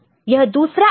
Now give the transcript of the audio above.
यह दूसरा एडर है